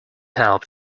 help